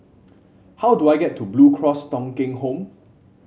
how do I get to Blue Cross Thong Kheng Home